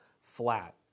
flat